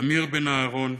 אמיר בן אהרון,